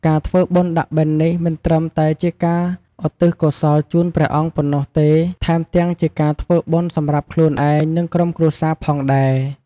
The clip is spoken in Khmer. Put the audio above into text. ការធ្វើបុណ្យដាក់បិណ្ឌនេះមិនត្រឹមតែជាការឧទ្ទិសកុសលជូនព្រះអង្គប៉ុណ្ណោះទេ ថែមទាំងជាការធ្វើបុណ្យសម្រាប់ខ្លួនឯង និងក្រុមគ្រួសារផងដែរ។